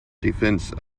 defence